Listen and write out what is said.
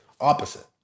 opposite